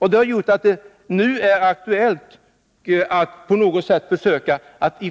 Detta har gjort att det nu är aktuellt att